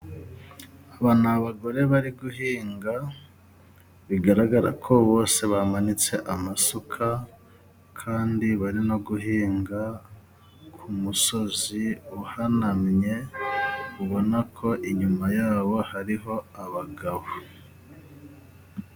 Aba ni abagore bari guhinga bigaragara ko bose bamanitse amasuka, kandi bari no guhinga ku musozi uhanamye ubona ko inyuma yabo hariho abagabo.